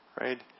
right